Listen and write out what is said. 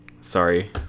Sorry